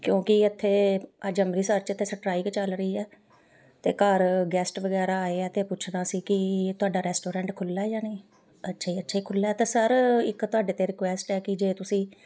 ਕਿਉਂਕਿ ਇੱਥੇ ਅੱਜ ਅੰਮ੍ਰਿਤਸਰ 'ਚ ਤਾਂ ਸਟ੍ਰਾਈਕ ਚੱਲ ਰਹੀ ਹੈ ਅਤੇ ਘਰ ਗੈਸਟ ਵਗੈਰਾ ਆਏ ਆ ਅਤੇ ਪੁੱਛਣਾ ਸੀ ਕਿ ਤੁਹਾਡਾ ਰੈਸਟੋਰੈਂਟ ਖੁੱਲ੍ਹਾ ਜਾਂ ਨਹੀਂ ਅੱਛਾ ਜੀ ਅੱਛਾ ਜੀ ਖੁੱਲ੍ਹਾ ਤਾਂ ਸਰ ਇੱਕ ਤੁਹਾਡੇ ਤੋਂ ਰਿਕੁਐਸਟ ਹੈ ਕਿ ਜੇ ਤੁਸੀਂ